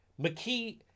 McKee